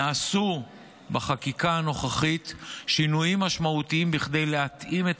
נעשו בחקיקה הנוכחית שינויים משמעותיים כדי להתאים את